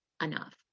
enough